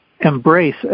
embrace